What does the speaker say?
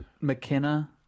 McKenna